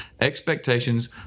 expectations